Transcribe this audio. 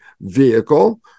vehicle